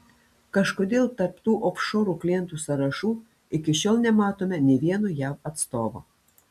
kažkodėl tarp tų ofšorų klientų sąrašų iki šiol nematome nė vieno jav atstovo